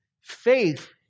Faith